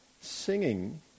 Singing